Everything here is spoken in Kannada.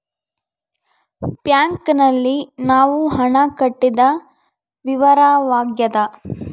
ಬ್ಯಾಂಕ್ ನಲ್ಲಿ ನಾವು ಹಣ ಕಟ್ಟಿದ ವಿವರವಾಗ್ಯಾದ